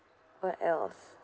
what else